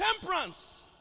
Temperance